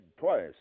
twice